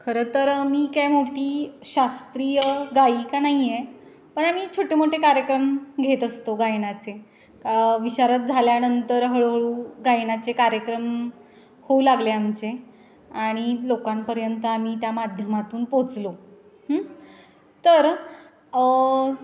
खरं तर मी काय मोठी शास्त्रीय गायिका नाही आहे पण आम्ही छोटे मोठे कार्यक्रम घेत असतो गायनाचे विशारद झाल्यानंतर हळूहळू गायनाचे कार्यक्रम होऊ लागले आमचे आणि लोकांपर्यंत आम्ही त्या माध्यमातून पोचलो तर